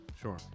Sure